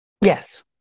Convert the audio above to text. yes